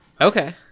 okay